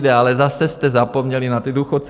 Ale zase jste zapomněli na ty důchodce.